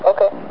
Okay